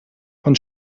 von